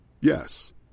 Yes